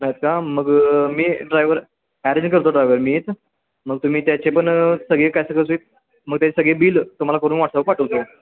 नाही आहेत का मग मी ड्रायवर ॲरेंज करतो ड्रायव्हर मीच मग तुम्ही त्याचे पण सगळे कसे कसं मग त्याचे सगळे बिल तुम्हाला करून व्हॉटसअप पाठवतो